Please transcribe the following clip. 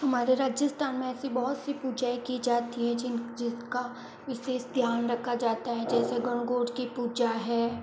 हमारे राजस्थान में ऐसी बहुत सी पूजायें की जाती हैं जिसका विशेष ध्यान रखा जाता है जैसे गणगौर की पूजा है